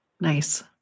Nice